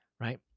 right